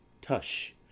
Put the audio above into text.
Tush